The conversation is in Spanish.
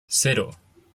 cero